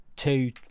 Two